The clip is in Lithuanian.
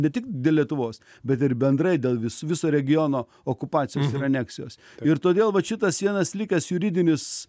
ne tik dėl lietuvos bet ir bendrai dėl vis viso regiono okupacijos ir aneksijos ir todėl vat šitas vienas likęs juridinis